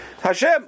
Hashem